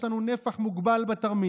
יש לנו נפח מוגבל בתרמיל.